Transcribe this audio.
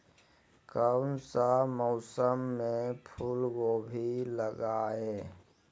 कौन सा मौसम में फूलगोभी लगाए?